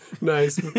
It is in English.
Nice